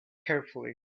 carefully